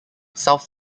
south